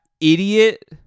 idiot